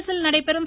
பாரீஸில் நடைபெறும்